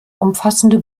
umfassende